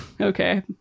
Okay